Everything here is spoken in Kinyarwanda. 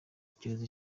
icyorezo